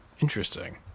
Interesting